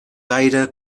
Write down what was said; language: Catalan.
gaire